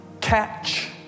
catch